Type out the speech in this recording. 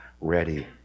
ready